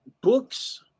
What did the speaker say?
books